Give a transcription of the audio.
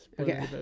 Okay